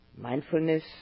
mindfulness